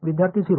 विद्यार्थीः 0